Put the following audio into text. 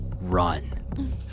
run